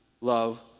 love